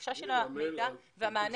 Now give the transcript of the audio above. ההנגשה של המידע והמענה,